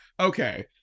Okay